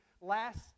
last